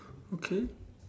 okay